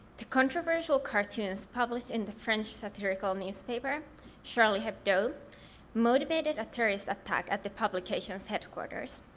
the controversial cartoons published in the french satirical newspaper charlie hebdo motivated a terrorist attack at the publication's headquarters.